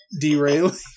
derailing